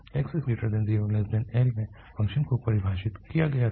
0≤xL में फ़ंक्शन को परिभाषित किया गया था